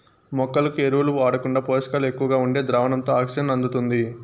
మొక్కలకు ఎరువులు వాడకుండా పోషకాలు ఎక్కువగా ఉండే ద్రావణంతో ఆక్సిజన్ అందుతుంది